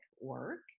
work